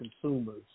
consumers